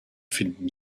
finden